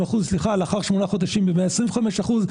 ולאחר 8 חודשים ב-125%.